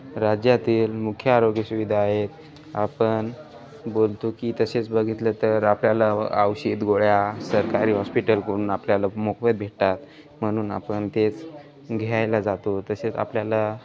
राज्यातील मुख्य आरोग्य सुविधा आहेत आपण बोलतो की तसेच बघितलं तर आपल्याला औषध गोळ्या सरकारी हॉस्पिटल करून आपल्याला मोफत भेटतात म्हणून आपण तेच घ्यायला जातो तसेच आपल्याला